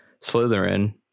Slytherin